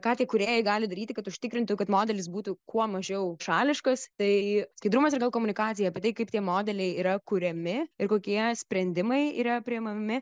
ką tie kūrėjai gali daryti kad užtikrintų kad modelis būtų kuo mažiau šališkas tai skaidrumas ir gal komunikacija apie tai kaip tie modeliai yra kuriami ir kokie sprendimai yra priimami